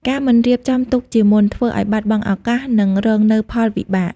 ការមិនរៀបចំទុកជាមុន ធ្វើឲ្យបាត់បង់ឱកាស និងរងនូវផលវិបាក។